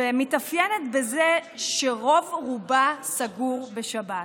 שמתאפיינת בזה שרוב-רובה סגור בשבת.